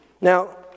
Now